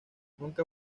nunca